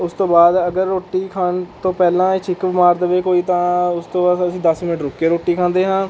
ਉਸ ਤੋਂ ਬਾਅਦ ਅਗਰ ਰੋਟੀ ਖਾਣ ਤੋਂ ਪਹਿਲਾਂ ਇਹ ਛਿੱਕ ਮਾਰ ਦੇਵੇ ਕੋਈ ਤਾਂ ਉਸ ਤੋਂ ਬਾਅਦ ਅਸੀਂ ਦਸ ਮਿੰਟ ਰੁਕ ਕੇ ਰੋਟੀ ਖਾਦੇ ਹਾਂ